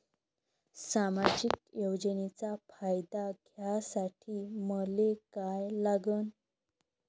सामाजिक योजनेचा फायदा घ्यासाठी मले काय लागन?